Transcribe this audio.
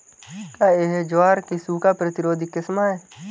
क्या यह ज्वार की सूखा प्रतिरोधी किस्म है?